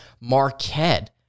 Marquette